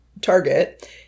Target